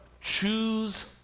choose